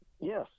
Yes